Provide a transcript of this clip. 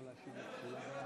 בבקשה.